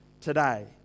today